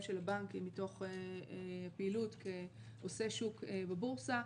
של הבנקים מתוך פעילות כעושי שוק בבורסה.